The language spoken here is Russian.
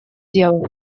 делу